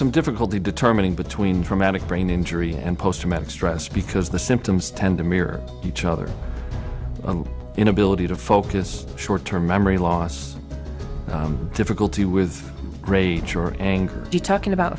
some difficulty determining between traumatic brain injury and post traumatic stress because the symptoms tend to mirror each other an inability to focus short term memory loss difficulty with great your anger to talking about